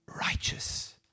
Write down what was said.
righteous